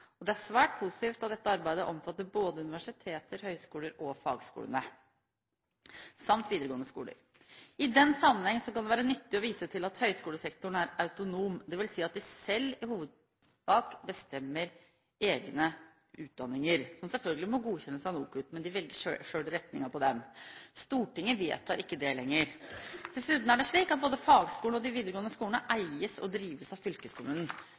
Det er svært positivt at dette arbeidet omfatter både universiteter, høyskoler, fagskoler samt videregående skoler. I den sammenheng kan det være nyttig å vise til at høyskolesektoren er autonom, dvs. at den selv i hovedsak bestemmer over egne utdanninger, som selvfølgelig må godkjennes av NOKUT, men sektoren velger selv retningen på dem. Stortinget vedtar ikke dette lenger. Dessuten er det slik at både fagskolene og de videregående skolene eies og drives av